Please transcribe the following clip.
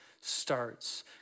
starts